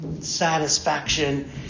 satisfaction